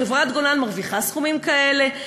חברת "גולן" מרוויחה סכומים כאלה,